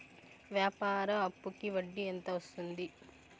వ్యాపార అప్పుకి వడ్డీ ఎంత వస్తుంది?